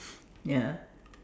ya